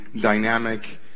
dynamic